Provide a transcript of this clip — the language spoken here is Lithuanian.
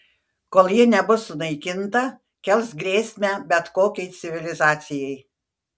kol ji nebus sunaikinta kels grėsmę bet kokiai civilizacijai